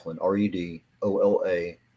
R-E-D-O-L-A